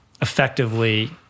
effectively